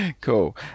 Cool